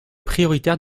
prioritaire